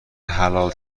حلال